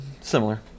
similar